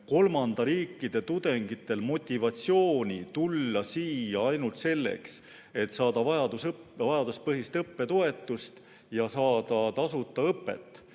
kolmandate riikide tudengitelt motivatsiooni tulla siia ainult selleks, et saada vajaduspõhist õppetoetust ja tasuta õpet